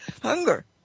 hunger